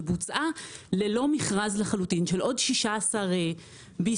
שבוצעה ללא מכרז לחלוטין של עוד 16 BCM,